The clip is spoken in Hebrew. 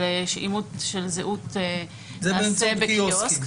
אימות של זהות למעשה בקיוסק,